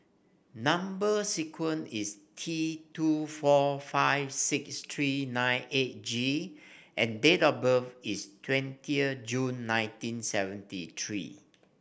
number sequence is T two four five six three nine eight G and date of birth is twenty June nineteen seventy three